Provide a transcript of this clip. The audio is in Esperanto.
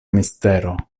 mistero